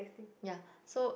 ya so